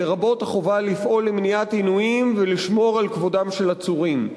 לרבות חובה לפעול למניעת עינויים ולשמור על כבודם של עצורים.